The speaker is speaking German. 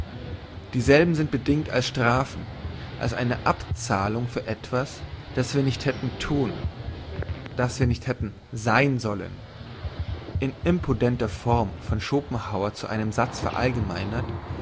dieselben sind bedingt als strafen als eine abzahlung für etwas das wir nicht hätten thun das wir nicht hätten sein sollen in impudenter form von schopenhauer zu einem satze